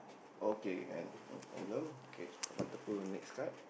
okay and no problem okay what to put in next card